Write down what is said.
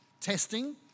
testing